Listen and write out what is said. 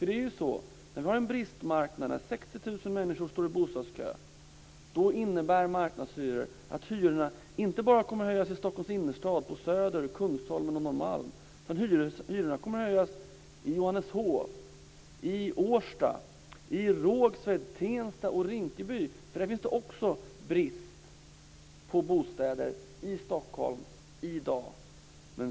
Det är en bristmarknad när 60 000 människor står i bostadskö, och då innebär marknadshyror att hyrorna inte bara kommer att höjas i Stockholms innerstad, på Söder, Kungsholmen och Norrmalm, utan också kommer att höjas i Johanneshov, Årsta, Rågsved, Tensta och Rinkeby. Där finns det också brist på bostäder, i Stockholm i dag.